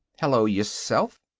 hello, yourself.